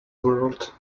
world